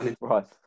Right